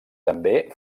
també